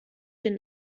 den